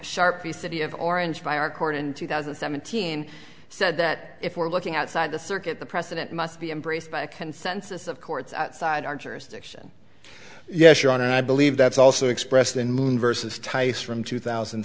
sharp the city of orange by our court in two thousand and seventeen said that if we're looking outside the circuit the president must be embraced by a consensus of courts outside our jurisdiction yes your honor i believe that's also expressed in moon versus tice from two thousand